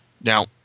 Now